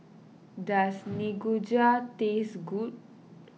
does Nikujaga taste good